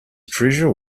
treasure